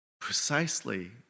precisely